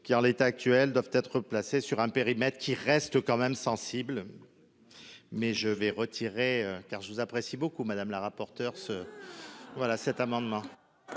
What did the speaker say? car l'état actuel doivent être placés sur un périmètre qui reste quand même sensible. Mais je vais retirer car je vous apprécie beaucoup Madame la rapporteure se. Voilà cet amendement.